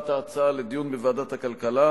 להעברת ההצעה לדיון בוועדת הכלכלה.